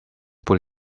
put